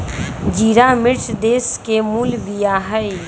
ज़िरा मिश्र देश के मूल बिया हइ